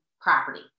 property